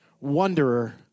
wanderer